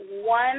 one